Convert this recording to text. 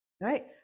right